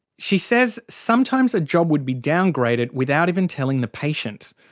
she says sometimes a job would be downgraded without even telling the patient.